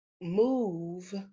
move